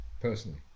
personally